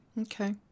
Okay